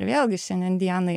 ir vėlgi šiandien dienai